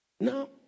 Now